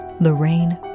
Lorraine